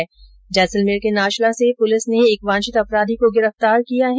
इधर जैसलमेर के नाचना से पुलिस ने एक वांछित अपराधी को गिरफ्तार किया है